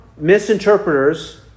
misinterpreters